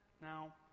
Now